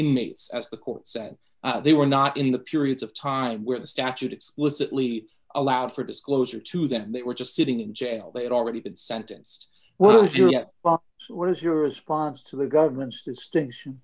inmates as the court said they were not in the periods of time where the statute explicitly allowed for disclosure to them they were just sitting in jail they had already been sentenced well if you get what is your response to the government's distinction